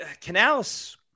Canales